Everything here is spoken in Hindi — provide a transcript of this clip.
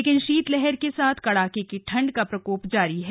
लेकिन शीतलहर के साथ कड़ाके की ठंड का प्रकोप जारी है